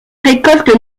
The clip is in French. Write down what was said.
récolte